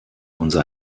unser